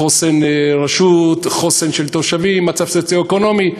חוסן רשות, חוסן תושבים, מצב סוציו-אקונומי.